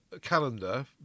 calendar